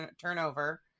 turnover